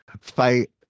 fight